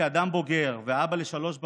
כאדם בוגר ואבא לשלוש בנות,